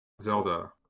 Zelda